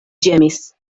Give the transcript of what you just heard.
ĝemis